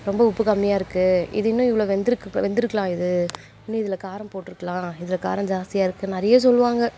ரொம்ப உப்பு கம்மியாக இருக்குது இது இன்னும் இவ்வளோ வெந்திருக்கு வெந்திருக்கலாம் இது இன்னும் இதில் காரம் போட்டிருக்குலாம் இதில் காரம் ஜாஸ்தியாக இருக்குது நிறைய சொல்வாங்க